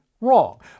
Wrong